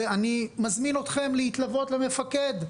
אני מזמין אתכם להתלוות למפקד,